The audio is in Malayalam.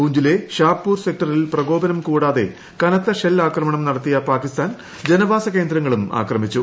പൂഞ്ചിലെ ഷാപൂർ സെക്ടറിൽ പ്രകോപനം കൂടാതെ ്കനത്ത ഷെൽ ആക്രമണം നടത്തിയ പാകിസ്ഥാൻ ജനവാസ കേന്ദ്രങ്ങളും ആക്രമിച്ചു